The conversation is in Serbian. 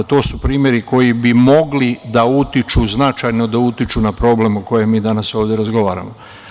To su primeri koji bi mogli da utiču, značajno da utiču na problem o kojem mi danas ovde razgovaramo.